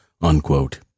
unquote